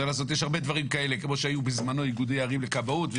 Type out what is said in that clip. יש הרבה דברים כאלה כמו שהיו בזמנו איגודי ערים לכבאות,